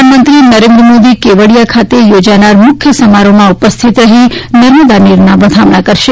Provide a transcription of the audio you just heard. પ્રધાનમંત્રી નરેન્દ્ર મોદી કેવડીયા ખાતે યોજાનારા મુખ્ય સમારોહમાં ઉપસ્થિત રહી નર્મદાના નીરના વધામણા કરશે